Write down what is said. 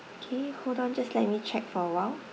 K hold on just let me check for awhile